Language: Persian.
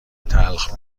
تلخ